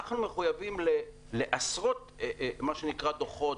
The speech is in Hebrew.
אנחנו מחויבים לעשרות דוחות,